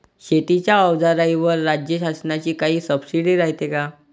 शेतीच्या अवजाराईवर राज्य शासनाची काई सबसीडी रायते का?